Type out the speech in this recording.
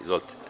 Izvolite.